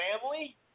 family